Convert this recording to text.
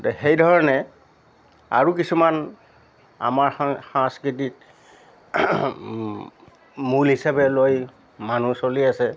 সেইধৰণে আৰু কিছুমান আমাৰ সা সাংস্কৃতিক মূল হিচপে লৈ মানুহ চলি আছে